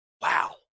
Wow